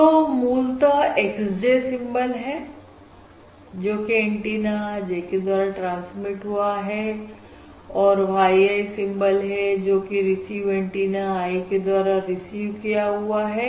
तो मूलतः x j symbol है जोकि एंटीना j के द्वारा ट्रांसमिट हुआ है और y i सिंबल है जोकि रिसीव एंटीना i के द्वारा रिसीव किया हुआ है